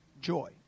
joy